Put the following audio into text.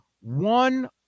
one